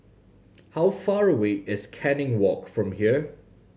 how far away is Canning Walk from here